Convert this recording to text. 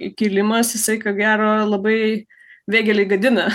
įkilimas jisai ko gero labai vėgėlei gadina